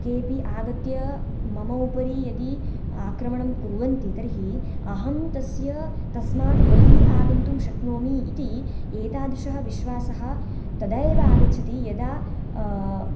केऽपि आगत्य मम उपरि यदि आक्रमणं कुर्वन्ति तर्हि अहं तस्य तस्मात् बहिः आगन्तुं शक्नोमि इति एतादृशः विश्वासः तदा एव आगच्छति यदा